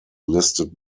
listed